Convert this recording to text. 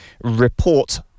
report